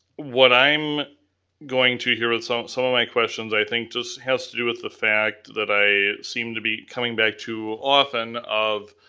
what i'm going to here with so some of my questions, i think just has to do with the fact that i seem to be coming back to often of